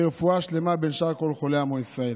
לרפואה שלמה בין שאר כל חולי עמו ישראל: